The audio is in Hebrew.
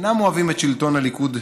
שאינם אוהבים את שלטון הליכוד,